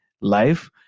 life